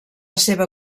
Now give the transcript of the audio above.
seva